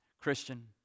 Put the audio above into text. christian